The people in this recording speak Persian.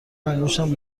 انگشتم